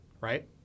right